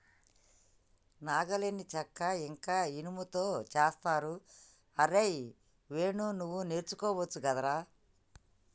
నాగలిని చెక్క ఇంక ఇనుముతో చేస్తరు అరేయ్ వేణు నువ్వు నేర్చుకోవచ్చు గదరా